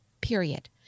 period